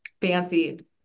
fancy